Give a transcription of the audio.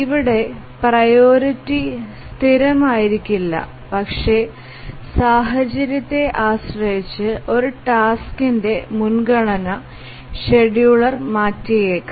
ഇവിടെ പ്രയോറിറ്റി സ്ഥിരമായിരിക്കില്ല പക്ഷേ സാഹചര്യത്തെ ആശ്രയിച്ച് ഒരു ടാസ്കിന്റെ മുൻഗണന ഷെഡ്യൂളർ മാറ്റിയേക്കാം